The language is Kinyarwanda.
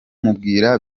mubwira